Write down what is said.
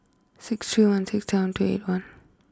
six three one six seven two eight one